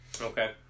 okay